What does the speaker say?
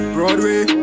Broadway